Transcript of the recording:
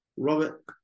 Robert